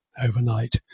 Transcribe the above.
overnight